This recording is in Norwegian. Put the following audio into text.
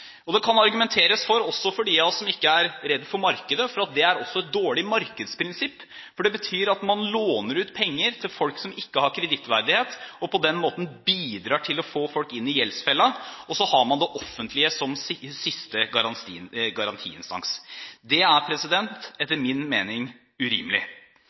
Det kan argumenteres for også for dem av oss som ikke er redde for markedet, for det er et dårlig markedsprinsipp. Det betyr at man låner ut penger til folk som ikke har kredittverdighet, og på den måten bidrar til å få folk inn i gjeldsfella – og så har man det offentlige som siste garantiinstans. Det er etter min mening urimelig.